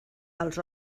els